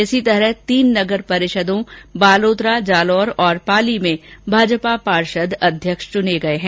इसी तरह तीन नगर परिषदों बालोतरा जालौर और पाली में भाजपा पार्षद अध्यक्ष च्ने गए हैं